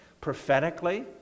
Prophetically